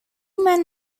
men